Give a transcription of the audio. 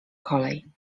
kolej